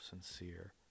sincere